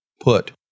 put